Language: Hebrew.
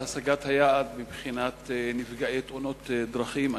השגת היעד מבחינת נפגעי תאונות דרכים.